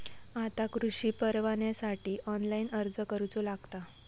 आता कृषीपरवान्यासाठी ऑनलाइन अर्ज करूचो लागता